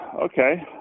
Okay